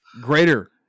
greater